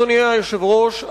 אדוני היושב-ראש,